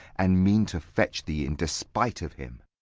and mean to fetch thee in despite of him.